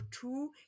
two